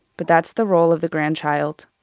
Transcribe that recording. but that's the role of the grandchild.